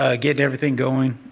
ah getting everything going.